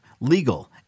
legal